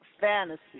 fantasy